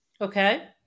Okay